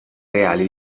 reali